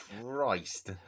Christ